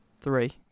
three